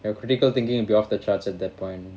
and critical thinking will be off the charts at that point